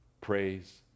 Praise